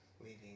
leaving